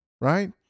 right